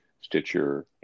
stitcher